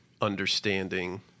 understanding